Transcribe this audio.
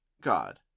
God